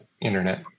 internet